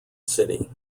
city